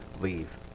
leave